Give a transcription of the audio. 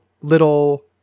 little